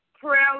prayer